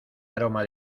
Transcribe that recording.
aroma